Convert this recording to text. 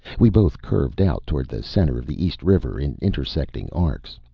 we both curved out toward the center of the east river in intersecting arcs.